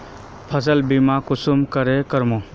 फसल बीमा कुंसम करे करूम?